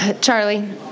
Charlie